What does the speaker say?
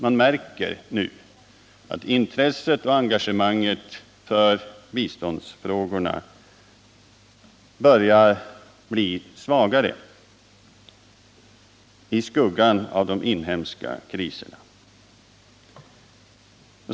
Man märker nämligen att intresset och engagemanget för biståndsfrågorna börjar bli svagare i skuggan av de inhemska kriserna.